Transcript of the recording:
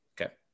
Okay